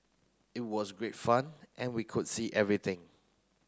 it was great fun and we could see everything